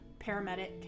paramedic